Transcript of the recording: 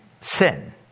Sin